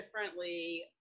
differently